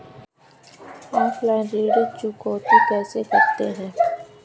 Offline ऋण चुकौती कैसे करते हैं?